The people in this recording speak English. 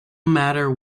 matter